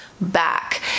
back